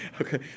Okay